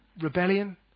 rebellion